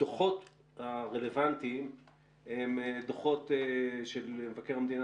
הדוחות הרלוונטיים הם דוחות של מבקר המדינה